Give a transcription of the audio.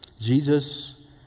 Jesus